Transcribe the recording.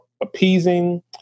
appeasing